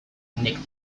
nik